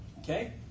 Okay